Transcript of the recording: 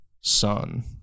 son